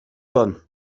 son